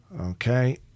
Okay